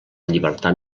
llibertat